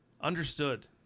Understood